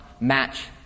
match